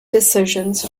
decisions